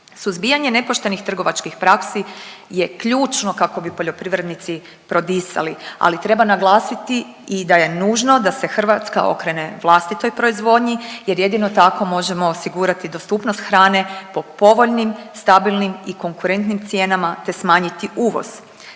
Suzbijanje nepoštenih trgovačkih praksi je ključno kako bi poljoprivrednici prodisali, ali treba naglasiti i da je nužno da se Hrvatska okrene vlastitoj proizvodnji jer jedino tako možemo osigurati dostupnost hrane po povoljnim, stabilnim i konkurentnim cijenama, te smanjiti uvoz.